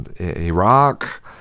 Iraq